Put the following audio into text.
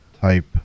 type